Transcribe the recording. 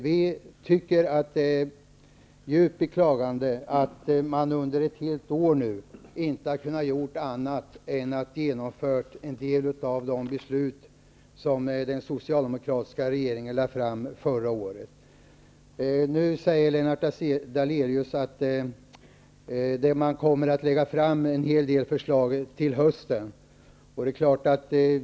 Vi tycker att det är djupt beklagansvärt att regeringen under ett helt år inte har gjort annat än att genomföra en del av de beslut som den socialdemokratiska regeringen fattade förra året. Lennart Daléus säger att en hel del förslag skall läggas fram till hösten.